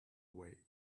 away